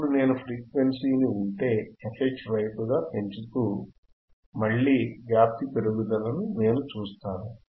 ఇప్పుడు నేను ఫ్రీక్వెన్సీనిఉంటే fH వైపుగా పెంచుతూ మళ్ళీ వ్యాప్తి పెరుగుదలను నేను చూస్తాను